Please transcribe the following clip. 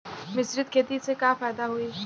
मिश्रित खेती से का फायदा होई?